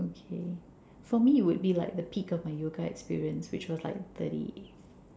okay for me it will be like the peak of my yoga experience which was like thirty